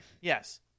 Yes